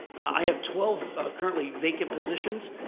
i have twelve currently vacant positions,